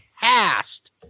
Cast